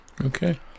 okay